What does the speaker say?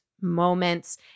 moments